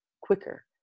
quicker